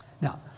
Now